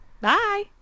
Bye